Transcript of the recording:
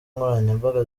nkoranyambaga